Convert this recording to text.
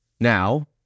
Now